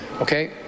okay